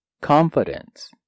Confidence